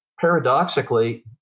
paradoxically